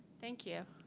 thank you.